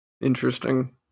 Interesting